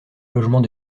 logement